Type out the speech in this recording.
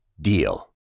DEAL